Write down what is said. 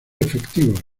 efectivos